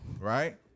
Right